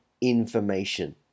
information